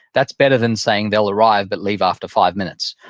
that's better than saying they'll arrive but leave after five minutes.